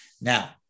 Now